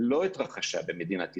לא התרחשה במדינת ישראל,